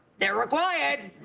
they're required.